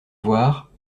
voir